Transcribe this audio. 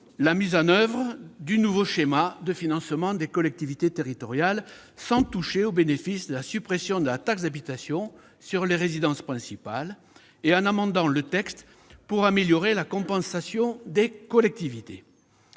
la mise en oeuvre du nouveau schéma de financement des collectivités territoriales, sans toucher au bénéfice de la suppression de la taxe d'habitation sur les résidences principales et en amendant le texte pour améliorer la compensation en faveur des collectivités.